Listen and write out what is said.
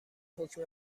حکم